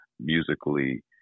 musically